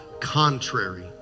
contrary